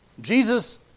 Jesus